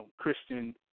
Christian